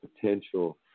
potential